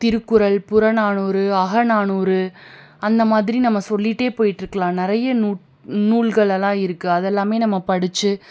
திருக்குறள் புறநானூறு அகநானூறு அந்த மாதிரி நம்ம சொல்லிகிட்டே போயிட்டு இருக்கலாம் நிறைய நூட் நூல்களெல்லாம் இருக்குது அதெல்லாம் நம்ம படிச்சு